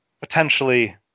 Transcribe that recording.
potentially